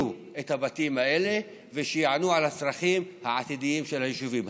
את הבתים האלה ושיענו על הצרכים העתידיים של היישובים.